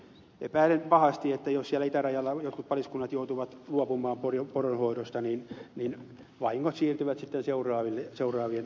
epäilen pahasti että jos siellä itärajalla jotkut paliskunnat joutuvat luopumaan poronhoidosta niin vahingot siirtyvät sitten seuraavien paliskuntien alueille